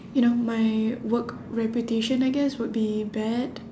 you know my work reputation I guess would be bad